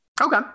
Okay